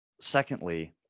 secondly